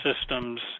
systems